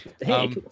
Hey